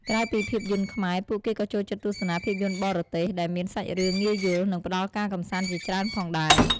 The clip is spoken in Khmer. ក្រៅពីភាពយន្តខ្មែរ ពួកគេក៏ចូលចិត្តទស្សនាភាពយន្តបរទេស ដែលមានសាច់រឿងងាយយល់ និងផ្ដល់ការកម្សាន្តជាច្រើនផងដែរ។